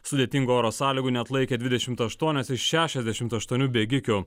sudėtingų oro sąlygų neatlaikė dvidešimt aštuonios iš šešiasdešimt aštuonių bėgikių